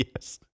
Yes